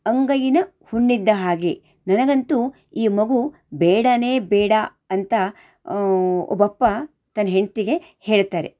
ಅಂಗೈನ ಹುಣ್ಣಿದ್ದ ಹಾಗೇ ನನಗಂತೂ ಈ ಮಗು ಬೇಡನೇ ಬೇಡ ಅಂತ ಒಬ್ಬಪ್ಪ ತನ್ನ ಹೆಂಡತಿಗೆ ಹೇಳ್ತಾರೆ